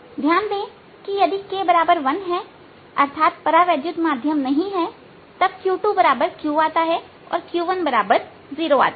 ध्यान दें कि यदि k1 है अर्थात परावैद्युत माध्यम नहीं है तब q2q आता है और q10 आता है